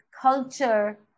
Culture